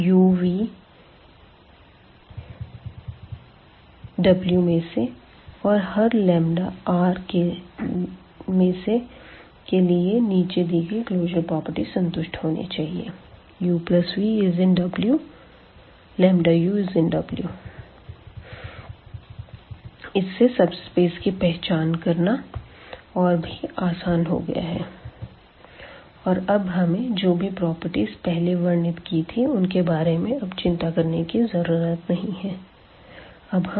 हर uv∈W और ∈Rके लिए निचे दी गई क्लोज़र प्रॉपर्टी संतुष्ट होनी चाहिए uv∈W u∈W इससे सबस्पेस की पहचान करना और भी आसान हो गया है और अब हमे जो भी प्रॉपर्टीज पहले वर्णित की थी उनके बारे में अब चिंता करने की जरूरत नहीं है